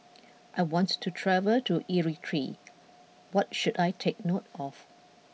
I want to travel to Eritrea what should I take note of